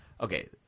okay